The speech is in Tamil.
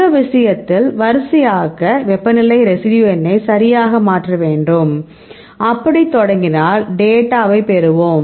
இந்த விஷயத்தில் வரிசையாக்க வெப்பநிலை ரெசிடியூ எண்ணை சரியாக மாற்ற வேண்டும் அப்படி தொடங்கினால் டேட்டாவை பெறுவோம்